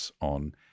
on